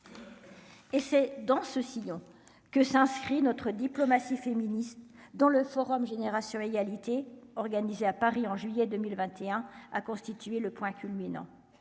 Et c'est dans ce sillon que s'inscrit notre diplomatie féministe dans le Forum génération égalité organisé à Paris en juillet 2021 a constitué le point culminant,